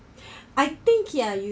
I think ya you